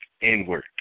inward